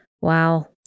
Wow